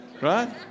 right